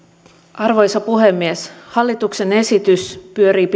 arvoisa puhemies hallituksen esitys pyörii